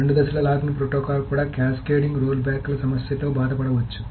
రెండు దశల locking protocol కూడా క్యాస్కేడింగ్ రోల్బ్యాక్ల సమస్యతో బాధపడవచ్చు